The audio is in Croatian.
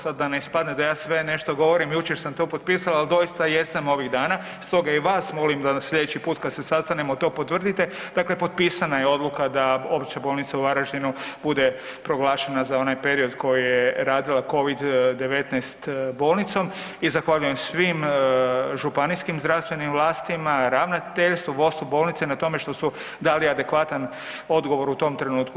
Sad da ne ispadne da ja sve nešto govorim, jučer sam to potpisao, ali doista jesam ovih dana, stoga i vas molim da sljedeći put kad se sastanemo, to potvrdite, dakle potpisana je odluka da Opća bolnica u Varaždinu bude proglašena za onaj period koji je radila Covid-19 bolnicom i zahvaljujem svim županijskim zdravstvenim vlastima, ravnateljstvu, vodstvu bolnice na tome što su dali adekvatan odgovor u tom trenutku.